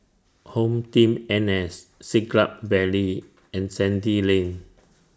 HomeTeam N S Siglap Valley and Sandy Lane